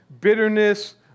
Bitterness